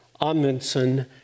Amundsen